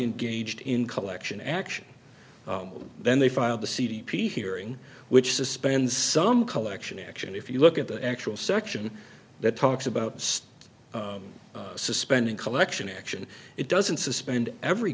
engaged in collection action then they filed the c d p hearing which suspends some collection action if you look at the actual section that talks about state suspending collection action it doesn't suspend every